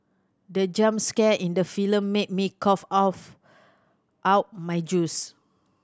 the jump scare in the film made me cough off out my juice